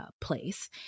place